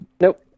Nope